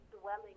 dwelling